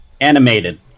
Animated